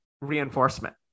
reinforcement